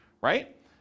right